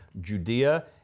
Judea